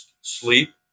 sleep